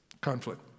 Conflict